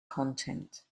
content